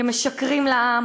אתם משקרים לעם,